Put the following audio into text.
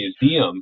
Museum